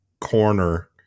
corner